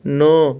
ନଅ